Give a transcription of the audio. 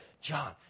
John